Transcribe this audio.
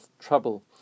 trouble